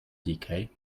decay